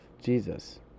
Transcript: Jesus